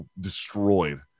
destroyed